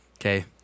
okay